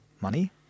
money